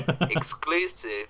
exclusive